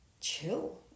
chill